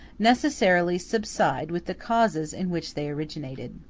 necessarily subside with the causes in which they originated.